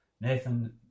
Nathan